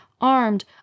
armed